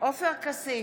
עופר כסיף,